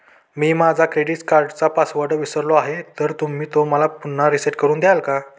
मी माझा क्रेडिट कार्डचा पासवर्ड विसरलो आहे तर तुम्ही तो पुन्हा रीसेट करून द्याल का?